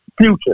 Future